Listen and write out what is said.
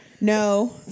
No